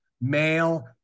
male